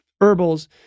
herbals